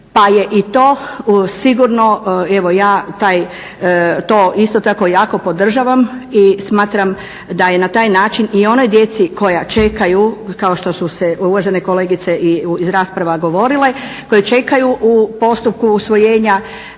pa je i to sigurno, evo ja to isto tako jako podržavam i smatram da je na taj način i onoj djeci koja čekaju kao što su se uvažene kolegice iz rasprava govorile, koje čekaju u postupku usvojenja